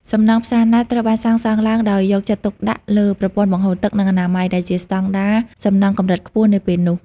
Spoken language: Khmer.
សំណង់ផ្សារណាត់ត្រូវបានសាងសង់ឡើងដោយយកចិត្តទុកដាក់លើប្រព័ន្ធបង្ហូរទឹក និងអនាម័យ ដែលជាស្តង់ដារសំណង់កម្រិតខ្ពស់នាពេលនោះ។